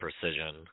precision